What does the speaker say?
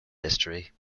history